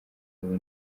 ubu